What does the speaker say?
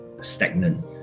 stagnant